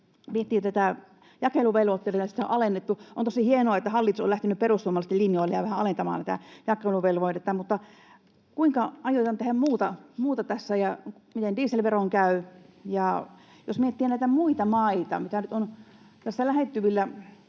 aika korkea. Jakeluvelvoitteellakin sitä on alennettu. On tosi hienoa, että hallitus on lähtenyt perussuomalaisten linjoille ja vähän alentamaan tätä jakeluvelvoitetta, mutta kuinka aiotaan tehdä muuta tässä ja miten dieselveron käy? Ja jos miettii muita maita — mitä nyt on tässä lähettyvillä